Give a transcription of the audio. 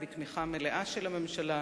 היא בתמיכה מלאה של הממשלה,